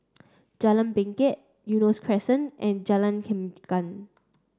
Jalan Bangket Eunos Crescent and Jalan Chengam